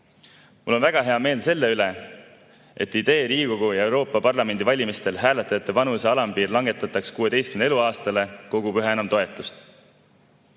Mul on väga hea meel selle üle, et idee, et Riigikogu ja Euroopa Parlamendi valimistel hääletajate vanuse alampiir langetataks 16 eluaastale, kogub üha enam toetust.